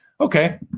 Okay